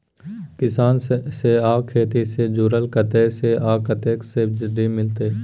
किसान से आ खेती से जुरल कतय से आ कतेक सबसिडी मिलत?